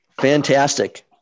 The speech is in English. fantastic